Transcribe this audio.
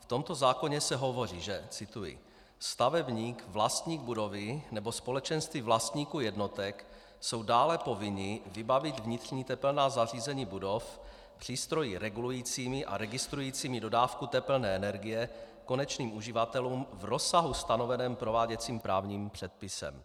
V tomto zákoně se hovoří, že cituji: Stavebník, vlastník budovy nebo společenství vlastníků jednotek jsou dále povinni vybavit vnitřní tepelná zařízení budov přístroji regulujícími a registrujícími dodávku tepelné energie konečným uživatelům v rozsahu stanoveném prováděcím právním předpisem.